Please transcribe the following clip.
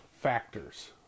factors